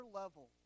level